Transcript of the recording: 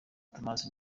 tomas